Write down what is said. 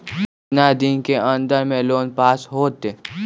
कितना दिन के अन्दर में लोन पास होत?